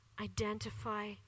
identify